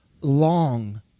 long